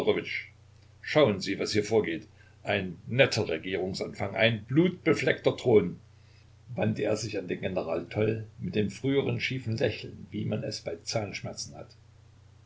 schauen sie was hier vorgeht ein netter regierungsanfang ein blutbefleckter thron wandte er sich an den general toll mit dem früheren schiefen lächeln wie man es bei zahnschmerzen hat